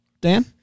dan